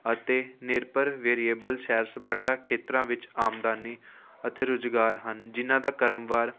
ਅਤੇ ਨਿਰਭਰ ਵੇਰੀਏਬਲ ਸੈਰ ਸਪਾਟਾ ਖੇਤਰਾਂ ਵਿੱਚ ਆਮਦਾਨੀ ਅਤੇ ਰੁਜ਼ਗਾਰ ਹਨ ਜਿਨ੍ਹਾਂ ਦਾ ਕ੍ਰਮਵਾਰ